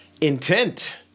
Intent